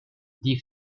die